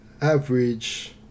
average